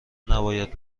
نباید